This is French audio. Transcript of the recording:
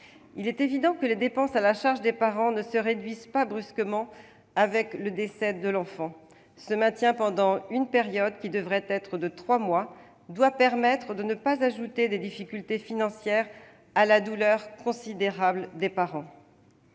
Il est évident que les dépenses à la charge des parents ne se réduisent pas brusquement avec le décès d'un enfant. Ce maintien, pendant une période qui devrait être de trois mois, doit permettre de ne pas ajouter des difficultés financières à la douleur considérable des parents.